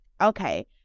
okay